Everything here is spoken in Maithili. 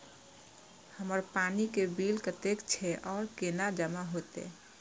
हमर पानी के बिल कतेक छे और केना जमा होते?